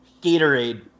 Gatorade